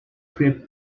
grip